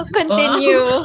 continue